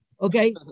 okay